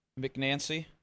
McNancy